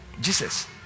Jesus